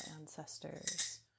ancestors